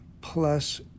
plus